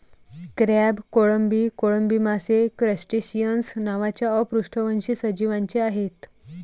crab, कोळंबी, कोळंबी मासे क्रस्टेसिअन्स नावाच्या अपृष्ठवंशी सजीवांचे आहेत